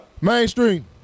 Mainstream